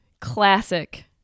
Classic